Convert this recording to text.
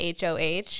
HOH